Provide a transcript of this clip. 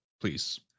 please